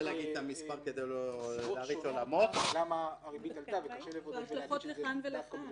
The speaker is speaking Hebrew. --------- לכאן ולכאן,